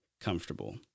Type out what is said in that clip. comfortable